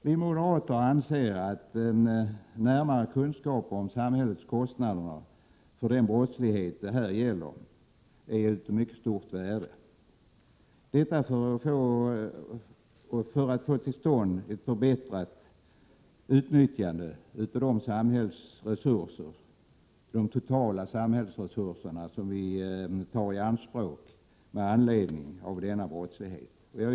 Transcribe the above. Vi moderater anser att en närmare kunskap om samhällets kostnader för den brottslighet det här är fråga om är av mycket stort värde, för att vi skall kunna få till stånd ett bättre utnyttjande av de totala samhällsresurser som vi tar i anspråk med anledning av denna brottslighet. Fru talman!